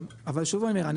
אבל אני אומר,